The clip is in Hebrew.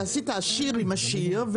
כי עשית עשיר עם עשיר,